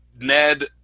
Ned